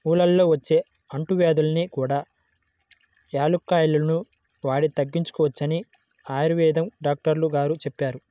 ఊళ్ళల్లో వచ్చే అంటువ్యాధుల్ని కూడా యాలుక్కాయాలు వాడి తగ్గించుకోవచ్చని ఆయుర్వేదం డాక్టరు గారు చెప్పారు